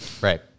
right